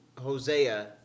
Hosea